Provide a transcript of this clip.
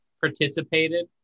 participated